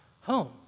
home